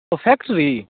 ओ factory